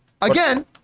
Again